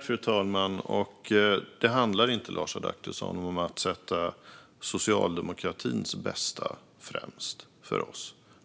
Fru talman! För oss handlar det inte, Lars Adaktusson, om att sätta socialdemokratins bästa främst.